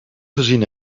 gezien